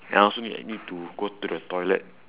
and I also need like need to go to the toilet